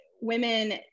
women